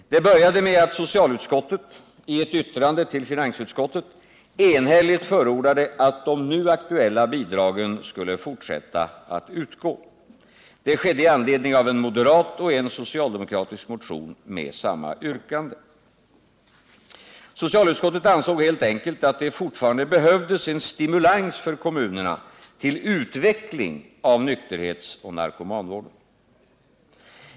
Det började med att socialutskottet i ett yttrande till finansutskottet enhälligt förordade att de nu aktuella bidragen skulle fortsätta att utgå. Det skedde i anledning av en moderat och en socialdemokratisk motion med samma yrkande. Socialutskottet ansåg helt enkelt att det fortfarande behövdes en stimulans för kommunerna till utveckling av nykterhetsoch narkomanvården.